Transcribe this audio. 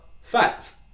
facts